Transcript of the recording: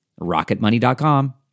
rocketmoney.com